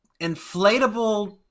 inflatable